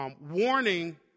warning